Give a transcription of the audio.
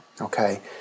Okay